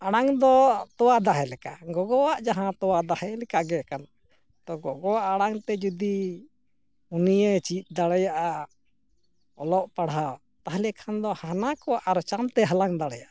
ᱟᱲᱟᱝᱫᱚ ᱛᱳᱣᱟ ᱫᱟᱦᱮ ᱞᱮᱠᱟ ᱜᱚᱜᱚᱣᱟᱜ ᱡᱟᱦᱟᱸ ᱛᱳᱣᱟ ᱫᱟᱦᱮ ᱞᱮᱠᱟᱜᱮ ᱮᱠᱟᱞ ᱜᱚᱜᱚᱣᱟᱜ ᱟᱲᱟᱝᱛᱮ ᱡᱩᱫᱤ ᱩᱱᱤᱭᱮ ᱪᱮᱫ ᱫᱟᱲᱮᱭᱟᱜᱼᱟ ᱚᱞᱚᱜ ᱯᱟᱲᱦᱟᱜ ᱛᱟᱦᱚᱞᱮ ᱠᱷᱟᱱᱫᱚ ᱦᱟᱱᱟᱠᱚ ᱟᱨᱚ ᱪᱟᱬᱛᱮᱭ ᱦᱟᱞᱟᱝ ᱫᱟᱲᱮᱭᱟᱜᱼᱟ